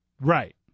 Right